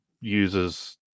uses